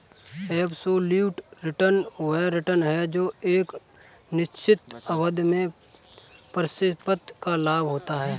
absolute return वह return है जो एक निश्चित अवधि में परिसंपत्ति का लाभ होता है